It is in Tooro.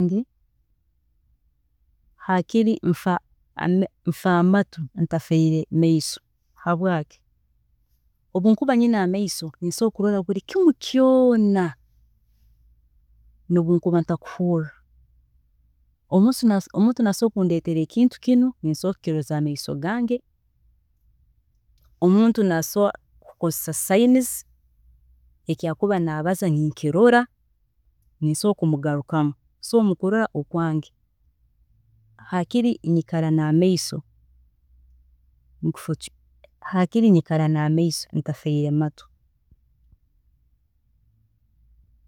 ﻿Hakiri nfwa nfwa amatu baitu ntafwiire amaiso, habwaaki obu nkuba nyine amaiso, ninsobola kurola buri kimu kyoona nobu nkuba ntakuhuurra, omuntu nasobola kundetera ekintu kinu, nsobola kukiroza amaiso gange., omuntu asobola kukozesa signs, eki akuba nabaza ninkirola ninsobola kumugarukamu, so mukurola okwange hakiri nyikara namaiso, hakiri nyikara namaiso baitu nfwiire amatu